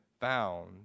found